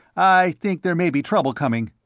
i think there may be trouble coming.